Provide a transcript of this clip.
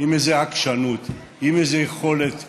עם איזו עקשנות, עם איזו יכולת ביטוי,